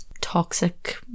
toxic